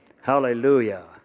Hallelujah